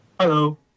Hello